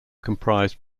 composed